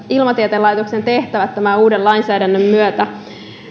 ilmatieteen laitoksen tehtävät tämän uuden lainsäädännön myötä